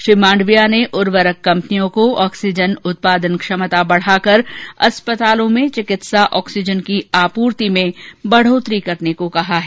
श्री मांडविया ने उर्वरक कम्पनियों को ऑक्सीजन उत्पादन क्षमता बढाकर अस्पतालों में चिकित्सा ऑक्सीजन की आपूर्ति में बढोतरी करने को कहा है